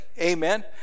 amen